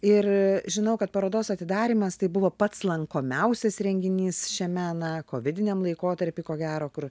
ir žinau kad parodos atidarymas tai buvo pats lankomiausias renginys šiame na kovidiniam laikotarpy ko gero kur